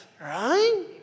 right